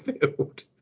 field